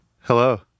Hello